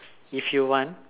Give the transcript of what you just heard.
if you want